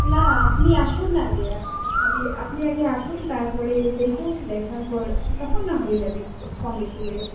না আপনি আসুন না আগে আপনি আগে আসুন তার পরে দেখুন দেখার পর তখন না হয়ে যাবে কম বেশি হয়ে